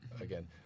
again